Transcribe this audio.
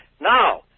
Now